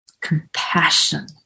compassion